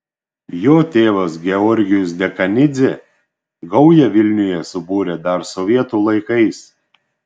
jo tėvas georgijus dekanidzė gaują vilniuje subūrė dar sovietų laikais